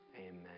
Amen